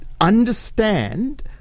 understand